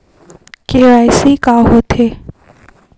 KYC का होथे?